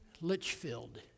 litchfield